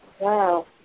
Wow